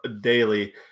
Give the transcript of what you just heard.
daily